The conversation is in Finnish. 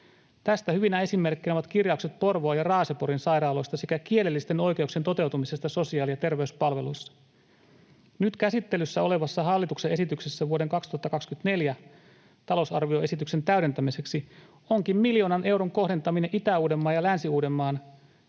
Tästä hyvinä esimerkkeinä ovat kirjaukset Porvoon ja Raaseporin sairaaloista sekä kielellisten oikeuksien toteutumisesta sosiaali- ja terveyspalveluissa. Nyt käsittelyssä olevassa hallituksen esityksessä vuoden 2024 talousarvioesityksen täydentämiseksi onkin miljoonan euron kohdentaminen Itä-Uudenmaan ja Länsi-Uudenmaan